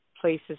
places